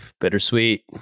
Bittersweet